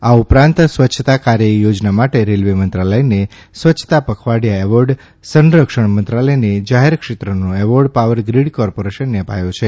આ ઉપરાંત સ્વચ્છતા કાર્યયોજના માટે રેલવે મંત્રાલયને સ્વચ્છતા પખવાડા એવોર્ડ સંરક્ષણ મંત્રાલયને જાહેર ક્ષેત્રનો એવોર્ડ પાવરગ્રીડ કોર્પોરેશનને અપાયો છે